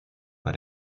bei